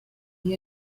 city